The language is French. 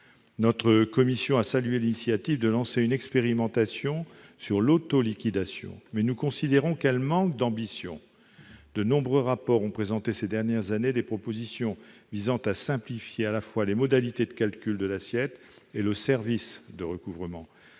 Notre commission a salué l'initiative de lancer une expérimentation sur l'autoliquidation, mais nous considérons qu'elle manque d'ambition. De nombreux rapports ont présenté ces dernières années des propositions visant à simplifier à la fois les modalités de calcul de l'assiette et le service de recouvrement.